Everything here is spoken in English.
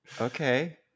Okay